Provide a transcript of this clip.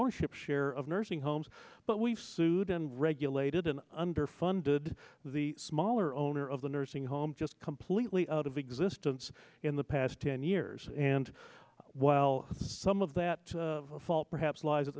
ownership share of nursing homes but we've sued in regulated and underfunded the smaller owner of the nursing home just completely out of existence in the past ten years and while some of that fall perhaps lies